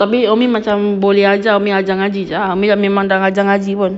tapi umi macam boleh ajar umi ajar ngaji jer ah umi memang dah ajar ngaji pun